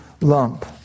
lump